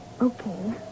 Okay